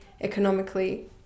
economically